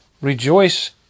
Rejoice